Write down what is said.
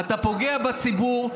אתה פוגע בציבור,